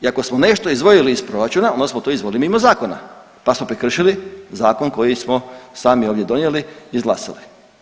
I ako smo nešto izdvojili iz proračuna onda smo to izveli mimo zakona, pa smo prekršili zakon koji smo sami ovdje donijeli, izglasali.